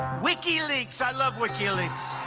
wikileaks i love wikileaks!